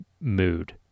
mood